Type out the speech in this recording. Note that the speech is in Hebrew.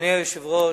היושב-ראש,